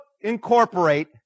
incorporate